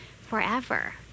forever